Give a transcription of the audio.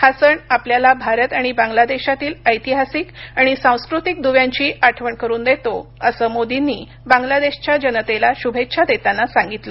हा सण आपल्याला भारत आणि बांगलादेशातील ऐतिहासिक आणि सांस्कृतिक दुव्यांची आठवण करून देतो असं मोदींनी बांगलादेशाच्या जनतेला शुभेच्छा देताना सांगितलं